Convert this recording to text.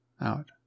Out